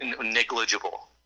negligible